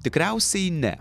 tikriausiai ne